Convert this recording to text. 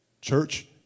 Church